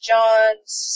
John's